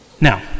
Now